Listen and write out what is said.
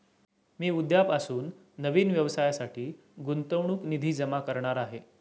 मी उद्यापासून नवीन व्यवसायासाठी गुंतवणूक निधी जमा करणार आहे